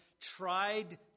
tried